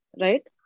right